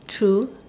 true